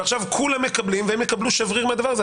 ועכשיו כולם מקבלים והם יקבלו שבריר מהדבר הזה,